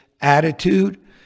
attitude